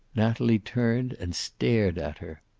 natalie turned and stared at her.